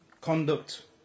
conduct